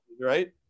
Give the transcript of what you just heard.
right